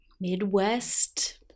Midwest